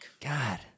God